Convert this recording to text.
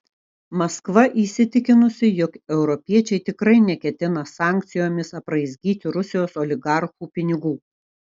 maskva įsitikinusi jog europiečiai tikrai neketina sankcijomis apraizgyti rusijos oligarchų pinigų